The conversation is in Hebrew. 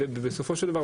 ובסופו של דבר,